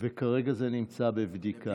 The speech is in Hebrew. וכרגע זה נמצא בבדיקה.